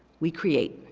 we create,